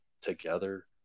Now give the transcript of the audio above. together